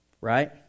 Right